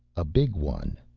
a big one.